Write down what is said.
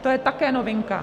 To je také novinka.